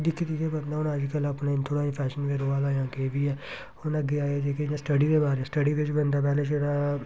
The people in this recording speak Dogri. दिक्खी दिक्खी बंदा हून अज्जकल अपने इयां थोह्ड़ा फैशन होऐ दा जां किश बी ऐ हून अग्गें आई जियां स्टडी दे बारे च स्टडी बिच्च बंदा पैह्ले छड़ा